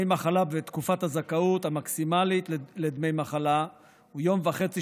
תקופת הזכאות המקסימלית לדמי מחלה היא יום וחצי